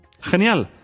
¡Genial